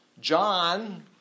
John